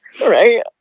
Right